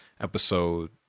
episode